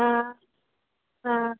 हा हा